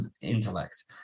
intellect